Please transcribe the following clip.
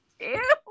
Ew